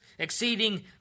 exceeding